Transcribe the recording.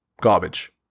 garbage